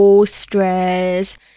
stress